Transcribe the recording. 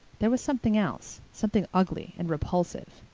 there was something else. something ugly and repulsive.